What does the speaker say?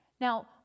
Now